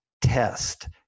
test